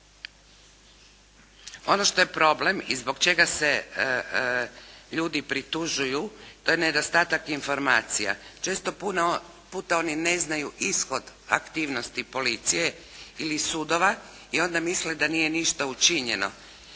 Ono što je problem i zbog čega se ljudi pritužuju to je nedostatak informacija. Često puta oni ne znaju ishod aktivnosti policije ili sudova i onda misle da nije ništa učinjeno.